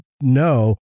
no